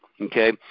Okay